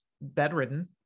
bedridden